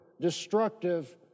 destructive